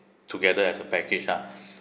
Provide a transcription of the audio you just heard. together as a package ah